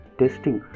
testing